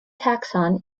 taxon